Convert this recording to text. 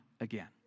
again